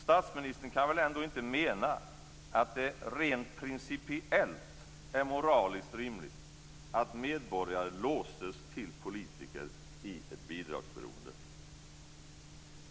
Statsministern kan väl ändå inte mena att det, rent principiellt, är moraliskt rimligt att medborgare låses till politiker i ett bidragsberoende?